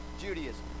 Judaism